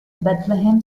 bethlehem